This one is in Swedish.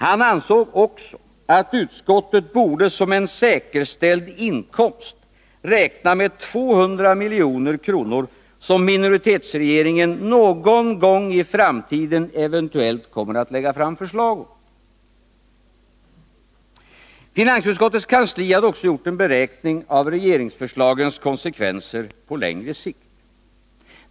Han ansåg också att utskottet borde som en säkerställd inkomst räkna med 200 milj.kr., som minoritetsregeringen någon gång i framtiden eventuellt kommer att lägga fram förslag om. Finansutskottets kansli hade också gjort en beräkning av regeringsförslagens konsekvenser på längre sikt.